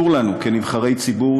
כנבחרי ציבור,